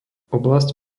oblasť